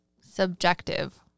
Subjective